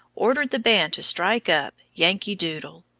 ordered the band to strike up yankee doodle.